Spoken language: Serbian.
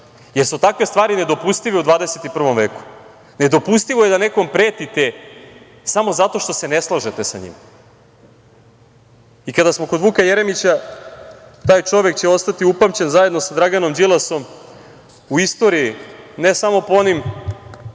jer su takve stvari nedopustive u 21. veku. Nedopustivo je da nekom pretite samo zato što se ne slažete sa njim. Kada smo kod Vuka Jeremića, taj čovek će ostati upamćen, zajedno sa Draganom Đilasom, u istoriji, ne samo po onim